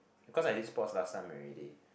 because I did sports last time already